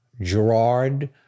Gerard